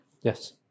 Yes